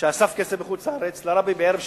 שאסף כסף בחוץ-לארץ לרבי בערב שבת,